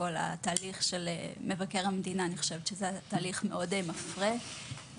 התהליך של מבקר המדינה היה תהליך מאוד מפרה,